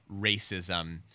racism